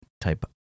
type